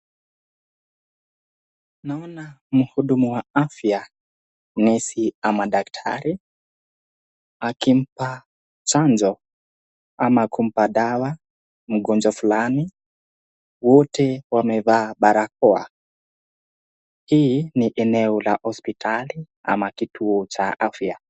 Naona mhudumu wa afya nesi ama daktari, akimba chanjo ama kumba dawa mgonjwa fulani wote wamevaa barakoa hii eneo la hospitali ama kituo cha afya.